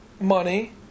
money